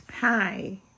Hi